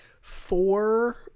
four